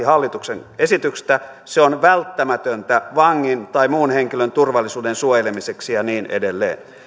hallituksen esityksen mukaan se on välttämätöntä vangin tai muun henkilön turvallisuuden suojelemiseksi ja niin edelleen